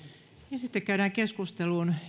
ja sitten käydään keskusteluun